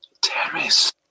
Terrace